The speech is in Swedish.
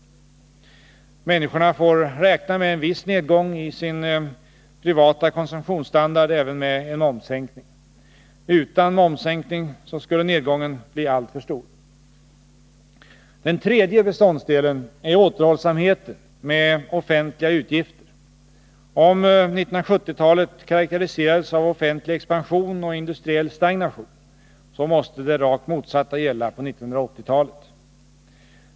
Människorna får räkna med en viss nedgång i sin privata konsumtionsstandard även med en momssänkning. Utan momssänkning skulle nedgången bli alltför stor. Den tredje beståndsdelen är återhållsamheten med offentliga utgifter. Om 1970-talet karakteriserades av offentlig expansion och industriell stagnation måste det rakt motsatta gälla på 1980-talet.